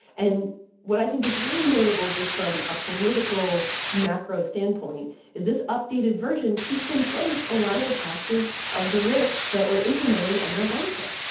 and what i think is really notable just from a political, macro standpoint is this updated version keeps in place a lot of the taxes of the rich that were implemented under obamacare.